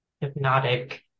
hypnotic